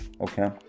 okay